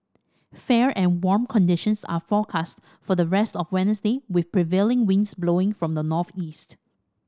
fair and warm conditions are forecast for the rest of Wednesday with prevailing winds blowing from the northeast